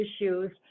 issues